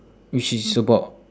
which is about